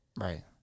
Right